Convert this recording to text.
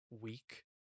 week